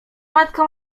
matka